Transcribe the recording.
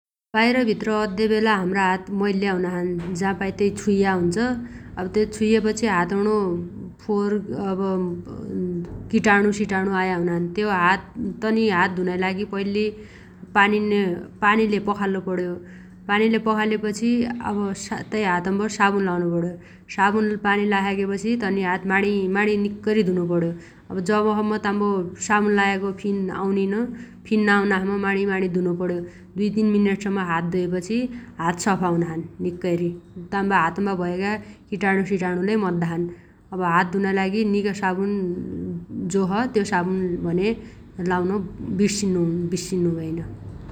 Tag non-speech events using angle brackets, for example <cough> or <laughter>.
बाइर भित्र अद्देबेला हाम्रा हात मैल्ल्या हुनाछन् । जा <noise> पायो त्यै छुइया हुन्छ । अब त्यो छुइयपछि हातौणो फोहोर अब <hesitation> किटाणुसिटाणु आया हुनाछन् । त्यो हात तनि हात धुनाइ लागि पैल्ली पानिने -पानीले पखाल्लु पण्यो । पानीले पखालेपछि अब तै हातम्बो साबुन लाउनुपण्यो । साबुन पानी लाइ सगेपछि तनि हात माणीमाणी निक्कैरी धुनु पण्यो । अब जबसम्म ताम्बो साबुन लायगो फिन आउनिन फिन नआउनासम्म माणीमाणी धुनुपण्यो । दुइ तिन मिनेटसम्म हात धोएपछि हात सफा हुनाछन् निक्कैरी । ताम्बा हातम्बा भएगा किटाणुसिटाणु लै मद्दाछन् । अब हात धुनाइ लागि निगो साबुन <hesitation> जो छ त्यो साबुन भन्या लाउन बिस्सिनु भएइन ।